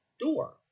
door